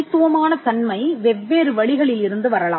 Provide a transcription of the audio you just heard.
தனித்துவமான தன்மை வெவ்வேறு வழிகளில் இருந்து வரலாம்